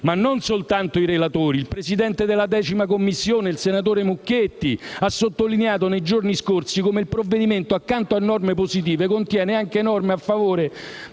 Ma non soltanto i relatori: il Presidente della 10a Commissione, il senatore Mucchetti, ha sottolineato nei giorni scorsi come il provvedimento «accanto a norme positive, contiene anche norme a favore